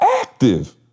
active